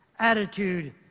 Attitude